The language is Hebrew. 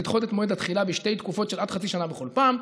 לדחות את מועד התחילה בשתי תקופות של עד חצי שנה בכל פעם,